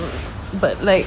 but like